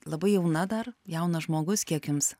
labai jauna dar jaunas žmogus kiek jums